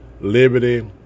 liberty